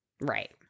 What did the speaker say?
right